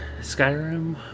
Skyrim